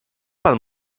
pan